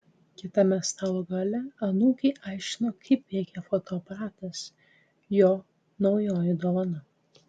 kitame stalo gale anūkei aiškino kaip veikia fotoaparatas jo naujoji dovana